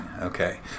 Okay